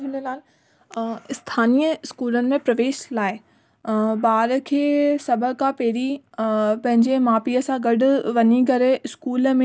झूलेलाल स्थानीय स्कूलनि में प्रवेश लाइ ॿार खे सभु खां पहिरीं पंहिंजे मां पीअ सां गॾ वञी करे स्कूल में